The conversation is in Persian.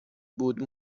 بود